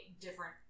different